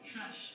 cash